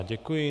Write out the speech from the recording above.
Děkuji.